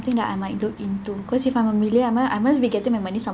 something that I might look into because if I'm a millionaire I must be getting my money some